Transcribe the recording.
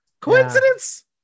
coincidence